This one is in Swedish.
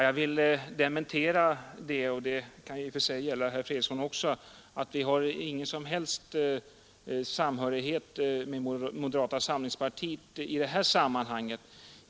Jag vill dementera — och det kan i och för sig också gälla herr Fredriksson — att vi skulle ha någon som helt samhörighet med moderata samlingspartiet i det här sammanhanget.